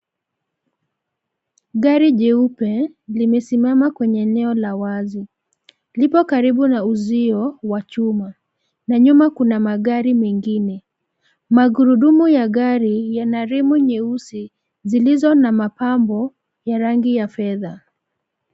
Gari jeupe, limesimama kwenye eneo la wazi, lipo karibu na uzio wa chuma, na nyuma kuna magari mengine. Magurudumu ya gari, yana rimu nyeusi, zilizo na mapambo ya rangi ya fedha.